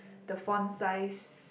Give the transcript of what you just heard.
the font size